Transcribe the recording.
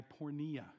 pornea